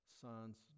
sons